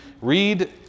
read